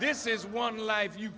this is one life you